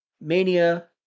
Mania